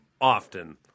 often